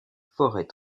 forêts